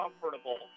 comfortable